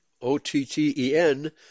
O-T-T-E-N